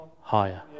higher